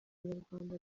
nyarwanda